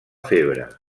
febre